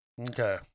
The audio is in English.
Okay